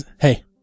hey